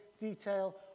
detail